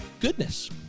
Goodness